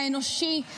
האנושי,